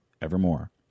evermore